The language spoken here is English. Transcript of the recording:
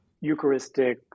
Eucharistic